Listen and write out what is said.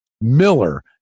Miller